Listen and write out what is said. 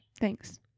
Thanks